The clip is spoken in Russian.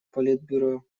политбюро